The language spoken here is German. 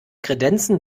kredenzen